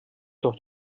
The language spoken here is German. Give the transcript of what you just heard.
doch